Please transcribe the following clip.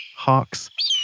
hawks,